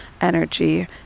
energy